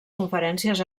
conferències